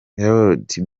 lord